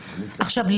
עכשיו,